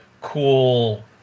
cool